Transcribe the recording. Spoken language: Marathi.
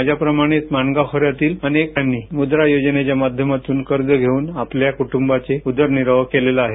माझयाप्रमाणेच मांडगावमधील अनेक जणांनी मुद्रा योजनेच्या माध्यमातून कर्ज घेऊन आपल्या कुटुंबाचा उदरनिर्वाह केला आहे